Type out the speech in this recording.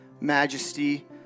majesty